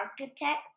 architect